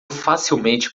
facilmente